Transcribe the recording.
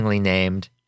named